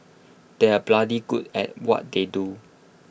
they are bloody good at what they do